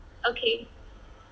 okay